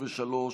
33),